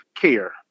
care